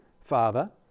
Father